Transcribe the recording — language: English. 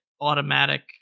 automatic